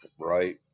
Right